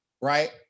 right